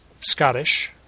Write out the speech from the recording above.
Scottish